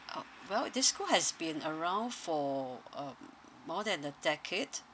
orh well this school has been around for um more than a decade